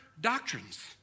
doctrines